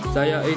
Saya